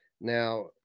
Now